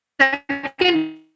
second